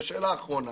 ושאלה אחרונה: